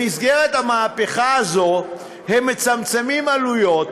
במסגרת המהפכה הזאת הם מצמצמים עלויות